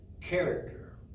character